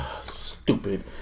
Stupid